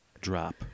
drop